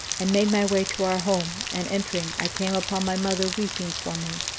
and made my way to our home and entering, i came upon my mother weeping for me,